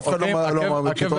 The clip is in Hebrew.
אף אחד לא אמר פתרון קסם.